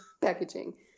packaging